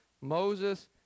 Moses